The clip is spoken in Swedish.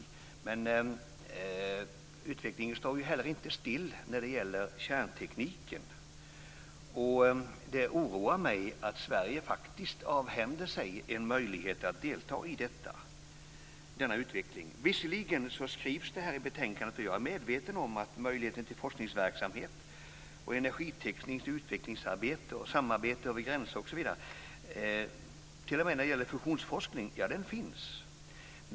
Men utvecklingen står ju inte heller still när det gäller kärntekniken. Det oroar mig att Sverige faktiskt avhänder sig en möjlighet att delta i denna utveckling. Jag är medveten om möjligheten till forskningsverksamhet, energitekniskt utvecklingsarbete, samarbete över gränser, osv., och den finns t.o.m. när det gäller fusionsforskning som det skrivs om i betänkandet.